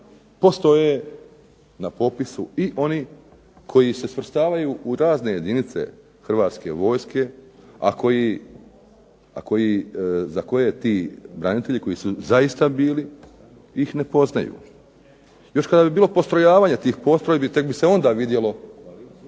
postoje na popisu i oni koji se svrstavaju u razne jedinice Hrvatske vojske, a koji za koje ti branitelji koji su zaista bili ih ne poznaju. Još kada bi bilo postrojavanje tih postrojbi tek bi se onda vidjelo